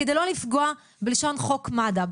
כדי לא לפגוע בלשון חוק מד"א.